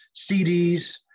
CDs